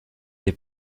des